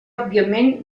òbviament